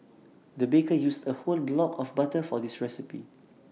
the baker used A whole block of butter for this recipe